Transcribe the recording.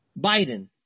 Biden